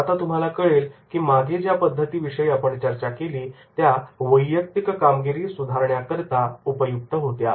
आता तुम्हाला कळेल की मागे ज्या पद्धती विषयी आपण चर्चा केली त्या वैयक्तिक कामगिरी सुधारण्याकरता उपयुक्त होत्या